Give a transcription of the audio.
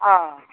অঁ